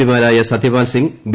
പിമാരായ Satyapal Singh B